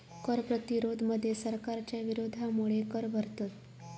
कर प्रतिरोध मध्ये सरकारच्या विरोधामुळे कर भरतत